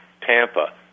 Tampa